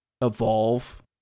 evolve